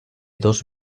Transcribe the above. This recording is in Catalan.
dos